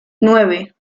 nueve